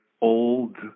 old